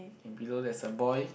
and below there's a boy